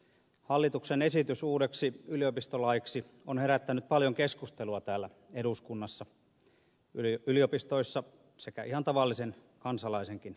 hallituksen esitys uudeksi yliopistolaiksi on herättänyt paljon keskustelua täällä eduskunnassa yliopistoissa sekä ihan tavallisten kansalaistenkin keskuudessa